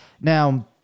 Now